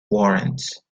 warrants